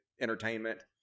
entertainment